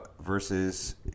versus